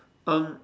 um